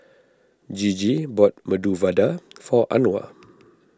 Gigi bought Medu Vada for Anwar